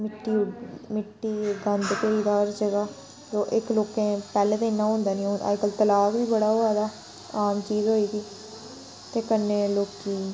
मिट्टी मिट्टी गंद भरोई गेदा हर जगह् इक लोकें पैह्लै ते इ'न्ना होंदा नी हून अज्जकल तलाक बी बड़ा होआ दा हां जी होई दी ते कन्नै लोकें गी